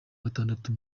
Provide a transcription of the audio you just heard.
gatandatu